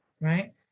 Right